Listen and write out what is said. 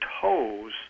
toes